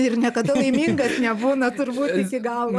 ir niekada laimingas nebūna turbūt iki galo